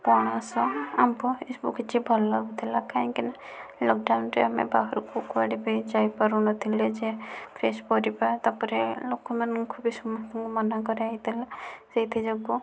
ପଣସ ଆମ୍ବ ଏ ସବୁ କିଛି ଭଲ ଲାଗୁଥିଲା କାହିଁକିନା ଲକଡାଉନରେ ଆମେ ବାହାରକୁ କୁଆଡ଼େ ବି ଯାଇପାରୁନଥିଲେ ଯେ ଫ୍ରେଶ ପରିବା ତା'ପରେ ଲୋକମାନଙ୍କୁ ବି ସମସ୍ତଙ୍କୁ ମନା କରାହେଇଥିଲା ସେଇଥିଯୋଗୁ